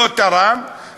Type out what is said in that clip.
לא תרם,